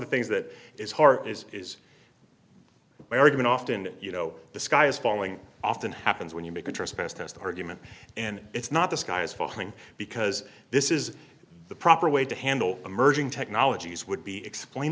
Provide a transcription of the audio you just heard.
the things that is hard is is my argument often you know the sky is falling often happens when you make a trespass against argument and it's not the sky is falling because this is the proper way to handle emerging technologies would be explain